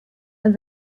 and